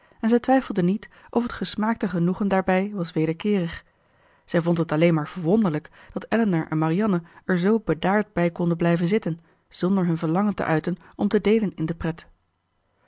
en zij twijfelde niet of het gesmaakte genoegen daarbij was wederkeerig zij vond het alleen maar verwonderlijk dat elinor en marianne er zoo bedaard bij konden blijven zitten zonder hun verlangen te uiten om te deelen in de pret